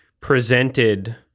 presented